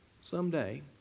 someday